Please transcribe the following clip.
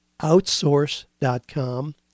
outsource.com